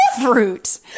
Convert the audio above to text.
fruit